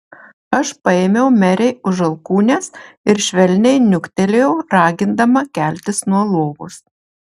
aš paėmiau merei už alkūnės ir švelniai niuktelėjau ragindama keltis nuo lovos